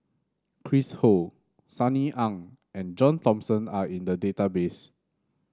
Chris Ho Sunny Ang and John Thomson are in the database